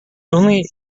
only